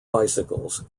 bicycles